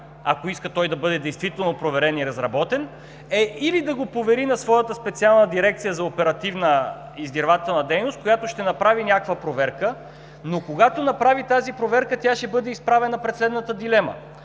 ако иска той действително да бъде проверен и разработен, е да го повери на своята специална дирекция за оперативна издирвателна дейност, която ще направи някаква проверка. Но когато направи тази проверка, тя ще бъде изправена пред следната дилема.